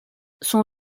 son